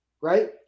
Right